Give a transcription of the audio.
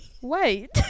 wait